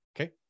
Okay